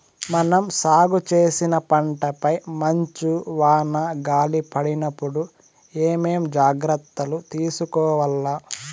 మనం సాగు చేసిన పంటపై మంచు, వాన, గాలి పడినప్పుడు ఏమేం జాగ్రత్తలు తీసుకోవల్ల?